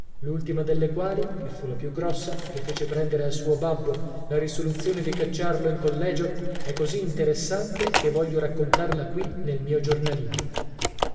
l'ultima delle quali che fu la più grossa e che fece prendere al suo babbo la risoluzione di cacciarlo in collegio è così interessante che voglio raccontarla qui nel mio giornalino